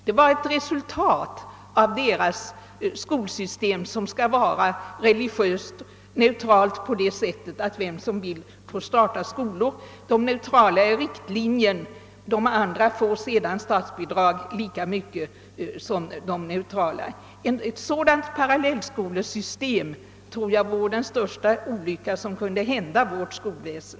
Detta var ett resultat av holländarnas skolsystem som skall vara religiöst neutralt på det sättet att de som vill får starta skolor. De neutrala skolorna utgör riktlinjen och de två andra får lika mycket i statsbidrag som de neutrala. Jag tror att ett sådant parallellskolsystem vore den störs ta olycka som kunde hända vårt skolväsen.